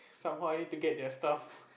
somehow I need to get their stuff